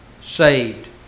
saved